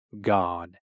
God